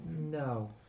No